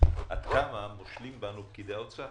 עד כמה מושלים בנו פקידי האוצר,